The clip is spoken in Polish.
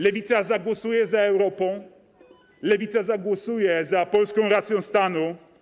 Lewica zagłosuje za Europą, Lewica zagłosuje za polską racją stanu.